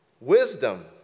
Wisdom